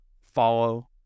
Follow